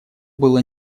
было